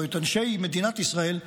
או את אנשי מדינת ישראל,